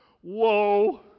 Whoa